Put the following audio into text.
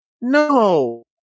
no